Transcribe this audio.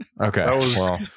Okay